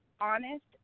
honest